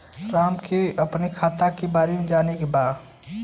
राम के अपने खाता के बारे मे जाने के बा?